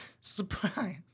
surprise